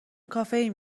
کافئین